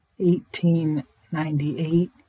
1898